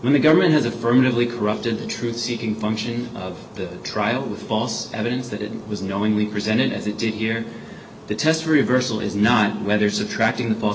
when the government has affirmatively corrupted the truth seeking function of the trial with false evidence that it was knowingly presented as it did here the test reversal is not whether subtracting the post